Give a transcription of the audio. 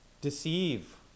deceive